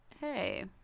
hey